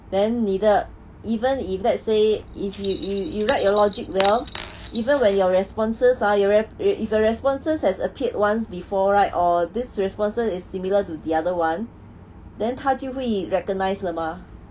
then 你的 even if let's say if you you you like your logic well even when your responses ah your re~ re~ if your responses has appeared once before right or this reponses is similar to the other [one] then 他就会 recognise 了嘛